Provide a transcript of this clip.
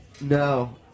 No